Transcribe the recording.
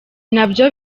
nabyo